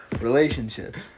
relationships